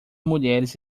mulheres